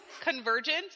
Convergent